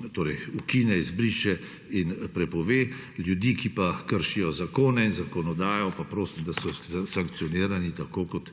eventualno izbriše in prepove. Ljudje, ki pa kršijo zakone, zakonodajo, pa prosim, da so sankcionirani tako, kot